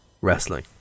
wrestling